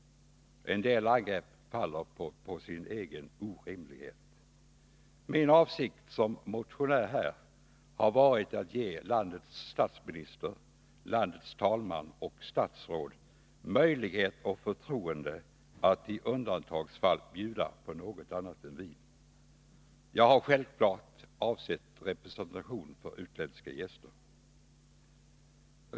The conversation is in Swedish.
En del angrepp faller på sin egen orimlighet. Min avsikt som motionär i detta sammanhang har varit att ge landets statsminister, talman och statsråd möjlighet och förtroende att i undantagsfall bjuda på något annat än vin. Jag har självfallet avsett representation för utländska gäster.